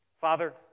Father